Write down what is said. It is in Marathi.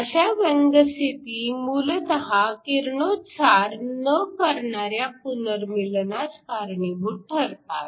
अशा व्यंग स्थिती मूलतः किरणोत्सार न करणाऱ्या पुनर्मीलनास कारणीभूत ठरतात